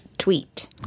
Tweet